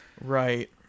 Right